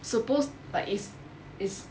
supposed like it's it's